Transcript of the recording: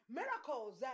Miracles